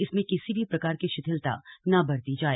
इसमें किसी भी प्रकार का शिथिलता न बरती जाए